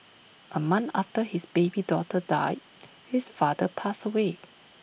A month after his baby daughter died his father passed away